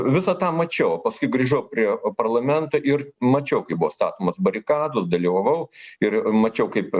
visą tą mačiau o paskui grįžau prie parlamento ir mačiau kaip buvo statomos barikados dalyvavau ir mačiau kaip